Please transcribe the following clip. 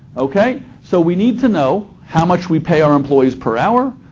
okay? so we need to know how much we pay our employees per hour,